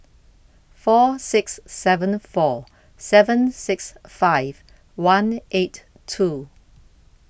four six seven four seven six five one eight two